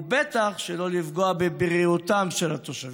ובטח שלא לפגוע בבריאותם של התושבים.